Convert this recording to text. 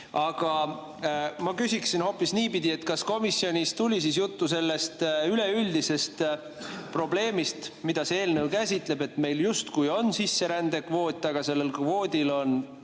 Aga ma küsiksin hoopis niipidi, et kas komisjonis tuli juttu sellest üleüldisest probleemist, mida see eelnõu käsitleb, et meil justkui on sisserändekvoot, aga sellel kvoodil on